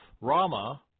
Rama